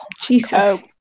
Jesus